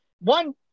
one